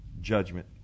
judgment